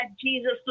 Jesus